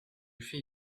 fais